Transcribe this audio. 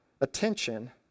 attention